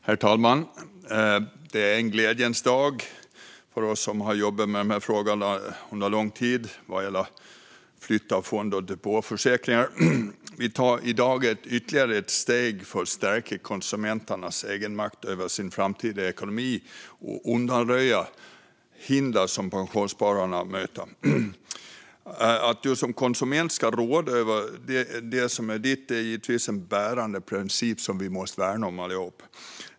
Herr talman! Det är en glädjens dag för oss som har jobbat med dessa frågor under lång tid. Vi tar i dag ytterligare steg för att stärka konsumentens egenmakt över sin egen framtida ekonomi och undanröja hinder som pensionssparare möter. Att du som konsument ska råda över det som är ditt är givetvis en bärande princip som vi måste värna.